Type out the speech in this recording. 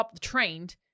trained